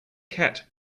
cat